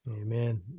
Amen